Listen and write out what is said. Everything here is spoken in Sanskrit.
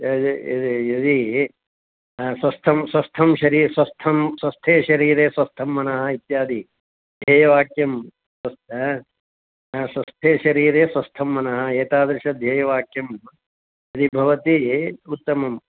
यदि यदि यदि स्वस्थं स्वस्थं शरीरं स्वस्थं स्वस्थे शरीरे स्वस्थं मनः इत्यादिध्येयवाक्यं स्वस्थ््ं आ स्वस्थे शरीरे स्वस्थं मनः एतादृशं ध्येयवाक्यं यदि भवति उत्तमं